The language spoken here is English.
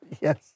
Yes